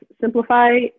Simplify